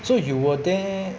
so you were there